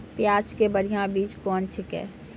प्याज के बढ़िया बीज कौन छिकै?